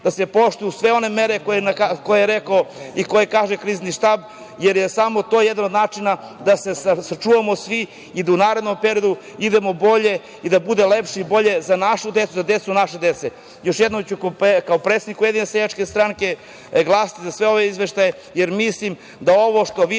da se poštuju sve one mere koje je rekao i koje kaže Krizni štab, jer je samo to jedan od načina da se sačuvamo svi i da u narednom periodu idemo bolje i da bude lepše i bolje za nađu decu, za decu naše dece. Još jednom ću kao predsednik Ujedinjene seljačke stranke glasati za sve ove izveštaje, jer mislim da ovo što vi